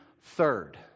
Third